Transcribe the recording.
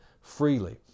freely